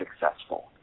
successful